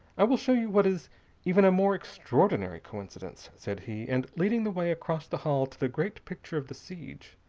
i will show you what is even a more extraordinary coincidence, said he and, leading the way across the hall to the great picture of the siege,